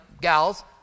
gals